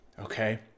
okay